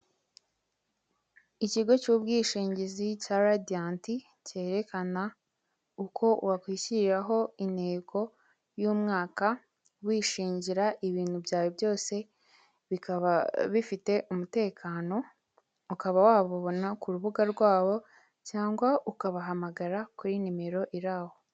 Ikigo cy'ubwishingizi cya radiyanti kerekana uko wakishyiriraho intego y'umwaka, wishingira ibintu byawe byose bikaba bifite umutekano, ukaba wababona kurubuga rwabo cyangwa ukabahamagara kuri nimero iri aho.